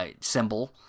symbol